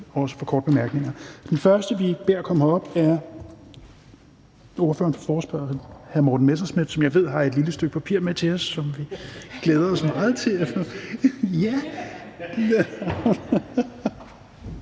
også for korte bemærkninger. Den første, vi beder komme herop, er ordføreren for forespørgerne, hr. Morten Messerschmidt, som jeg ved har et lille stykke papir med til os, som vi glæder os meget til at